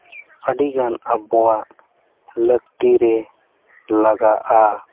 ᱟᱹᱰᱤᱜᱟᱱ ᱟᱵᱚᱣᱟᱜ ᱞᱟᱹᱠᱛᱤ ᱨᱮ ᱞᱟᱜᱟᱜᱼᱟ